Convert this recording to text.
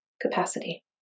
capacity